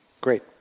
Great